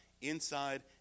inside